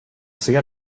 ser